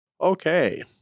Okay